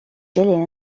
jillian